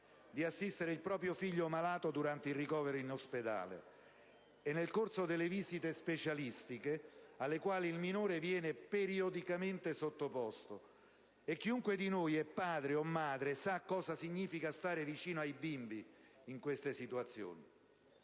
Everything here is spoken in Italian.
di assistere il proprio figlio malato durante il ricovero in ospedale e nel corso delle visite specialistiche alle quali il minore viene periodicamente sottoposto, e chiunque di noi sia padre o madre sa cosa significhi stare vicino ai bimbi in queste situazioni.